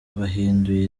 bahinduye